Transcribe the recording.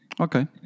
Okay